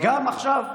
גם עכשיו.